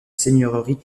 seigneurie